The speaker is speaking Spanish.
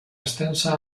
extensa